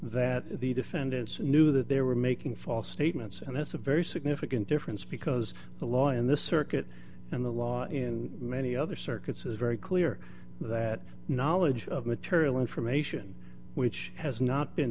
that the defendants knew that they were making false statements and that's a very significant difference because the law in this circuit and the law in many other circuits is very clear that knowledge of material information which has not been